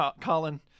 Colin